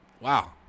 wow